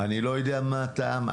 אני לא יודע מה הטעם,